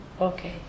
okay